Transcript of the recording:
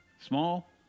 small